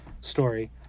story